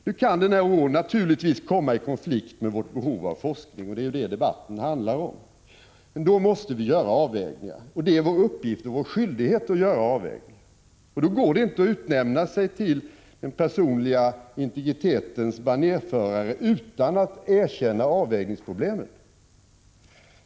Nu kan den här oron naturligtvis komma i konflikt med vårt behov av forskning, och det är ju detta debatten handlar om. Då måste vi göra avvägningar — det är vår uppgift och vår skyldighet att göra avvägningar. Det går inte att utnämna sig till den personliga integritetens banerförare utan att erkänna avvägningsproblemen.